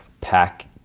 pack